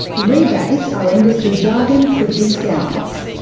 rebates are industry jargon for discounts.